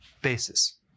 basis